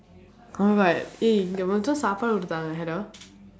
correct இங்கே மட்டும் சாப்பாடு கொடுத்தாங்க:ingkee matdum saappaadu koduththaangkee hello